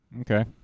Okay